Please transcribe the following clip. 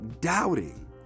doubting